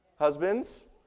Husbands